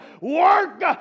work